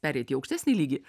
pereiti į aukštesnį lygį